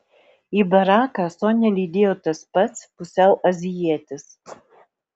į baraką sonią lydėjo tas pats pusiau azijietis